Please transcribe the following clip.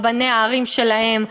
רבני הערים שלהם,